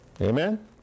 Amen